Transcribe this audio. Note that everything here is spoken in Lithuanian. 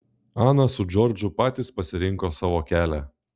ana su džordžu patys pasirinko savo kelią